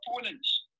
opponents